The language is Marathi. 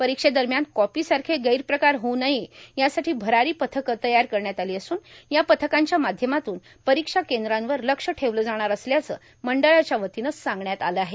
परीक्षेदरम्यान कॉपीसारखे गैरप्रकार होऊ नये यासाठी भरारी पथकं तयार करण्यात आली असून या पथकांच्या माध्यमातून परीक्षा केंद्रांवर लक्ष ठेवलं जाणार असल्याचं मंडळाच्यावतीनं सांगण्यात आलं आहे